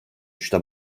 üçte